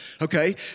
Okay